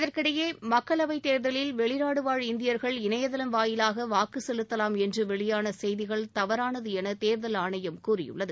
இதற்கிடையே மக்களவை தேர்தலில் வெளிநாடுவாழ் இந்தியர்கள் இணையதளம் வாயிலாக வாக்கு செலுத்தலாம் என்று வெளியான செய்திகள் தவறானது என தேர்தல் ஆணையம் கூறியுள்ளது